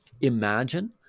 Imagine